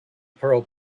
pearl